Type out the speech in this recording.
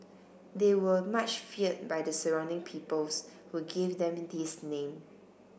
they were much feared by the surrounding peoples who gave them this name